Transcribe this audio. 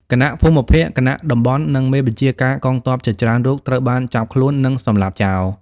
គណៈភូមិភាគ គណៈតំបន់ និងមេបញ្ជាការកងទ័ពជាច្រើនរូបត្រូវបានចាប់ខ្លួន និងសម្លាប់ចោល។